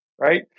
right